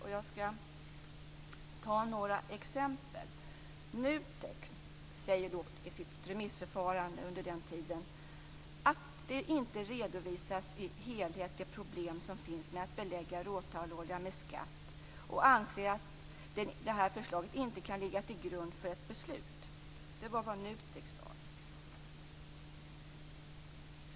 Jag skall ta några exempel. NUTEK säger i sitt remissvar att de problem som finns med att belägga råtallolja med skatt inte redovisas i helhet och anser att det här förslaget inte kan ligga till grund för ett beslut.